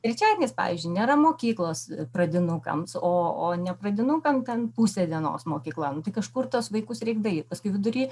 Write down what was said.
trečiadieniais pavyzdžiui nėra mokyklos pradinukams o o ne pradinukam ten pusę dienos mokykla kažkur tuos vaikus reik daryt paskui vidury